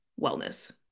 wellness